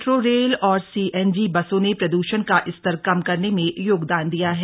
metro rail और CNG बसों ने प्रद्षण का स्तर कम करने में योगदान दिया है